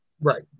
right